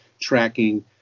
tracking